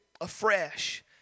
afresh